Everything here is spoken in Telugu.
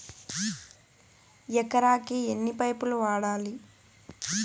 ఎకరాకి ఎన్ని పైపులు వాడాలి?